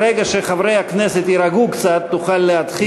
ברגע שחברי הכנסת יירגעו קצת תוכל להתחיל.